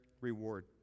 reward